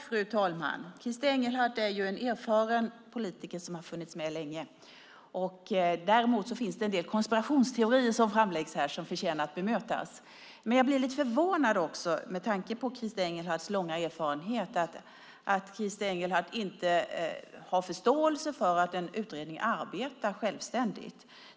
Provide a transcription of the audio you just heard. Fru talman! Christer Engelhardt är en erfaren politiker som har varit med länge, men det är ändå en del konspirationsteorier som framläggs här och som förtjänar att bemötas. Med tanke på hans långa erfarenhet blir jag dock lite förvånad över att han inte har förståelse för att en utredning arbetar självständigt.